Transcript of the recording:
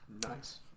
Nice